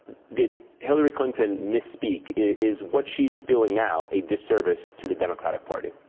did hillary clinton misspeak? is what she is doing now a disservice to the democratic party? oh,